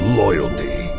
loyalty